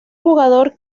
jugador